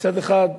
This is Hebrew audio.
מצד אחד,